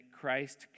Christ